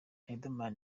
riderman